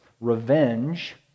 revenge